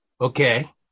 Okay